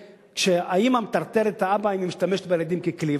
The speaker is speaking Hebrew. כשהאמא מטרטרת את האבא היא משתמשת בילדים ככלי,